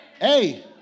Hey